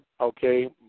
okay